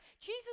Jesus